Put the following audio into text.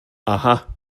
aha